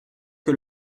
que